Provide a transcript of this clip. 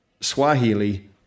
Swahili